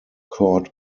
court